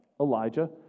Elijah